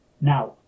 Now